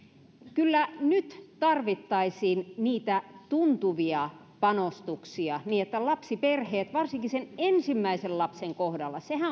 kyllä nyt tarvittaisiin tuntuvia panostuksia niin että lapsiperheet ensimmäisen lapsen kohdallahan